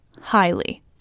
highly